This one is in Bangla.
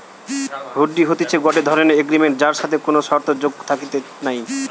হুন্ডি হতিছে গটে ধরণের এগ্রিমেন্ট যার সাথে কোনো শর্ত যোগ থাকতিছে নাই